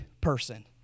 person